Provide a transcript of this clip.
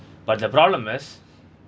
but the problem is